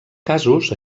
casos